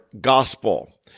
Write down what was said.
gospel